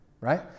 Right